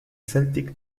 celtic